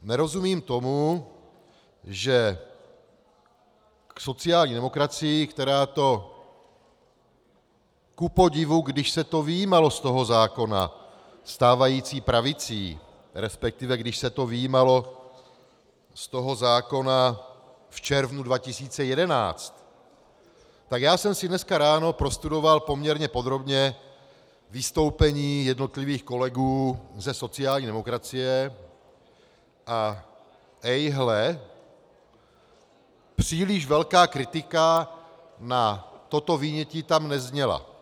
Nerozumím tomu, že sociální demokracii, která to kupodivu, když se to vyjímalo z toho zákona stávající pravicí, resp. když se to vyjímalo z toho zákona v červnu 2011, tak já jsem si dneska ráno prostudoval poměrně podrobně vystoupení jednotlivých kolegů ze sociální demokracie a ejhle, příliš velká kritika na toto vynětí tam nezněla.